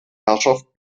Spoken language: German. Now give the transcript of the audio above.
herrschaft